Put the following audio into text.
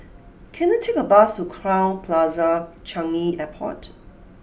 can I take a bus to Crowne Plaza Changi Airport